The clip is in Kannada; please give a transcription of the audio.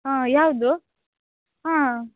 ಹಾಂ ಯಾವುದು ಹಾಂ